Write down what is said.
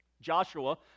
Joshua